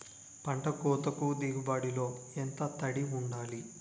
పంట కోతకు దిగుబడి లో ఎంత తడి వుండాలి?